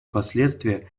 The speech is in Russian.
последствия